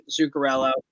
Zuccarello